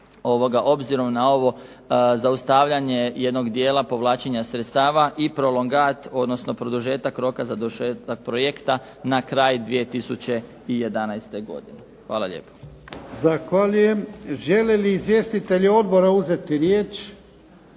obzirom na ovo zaustavljanje jednog dijela povlačenja sredstava i prolongirat odnosno produžetak roka za završetak projekta na kraj 2011. godine. Hvala lijepo.